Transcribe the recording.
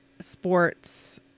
sports